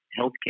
Healthcare